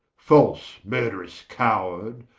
false murd'rous coward,